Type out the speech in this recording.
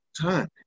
time